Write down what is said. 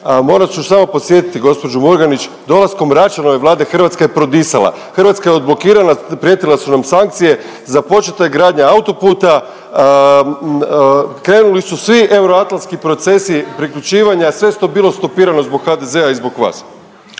Morat ću samo podsjetiti gospođu Murganić dolaskom Račanove vlade Hrvatska je prodisala. Hrvatska je odblokirana, prijetile su nam sankcije, započeta je gradnja autoputa, krenuli su svi euroatlantski procesi priključivanja sve je to bilo stopirano zbog HDZ-a i zbog vas.